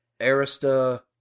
Arista